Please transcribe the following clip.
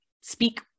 speak